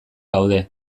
gaude